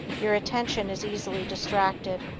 your attention is easily distracted,